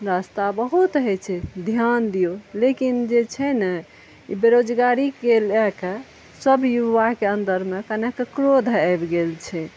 रास्ता बहुत होइ छै ध्यान दियौ लेकिन जे छै ने ई बेरोजगारीके लए कए सब युवाके अन्दरमे कनेक क्रोध आबि गेल छै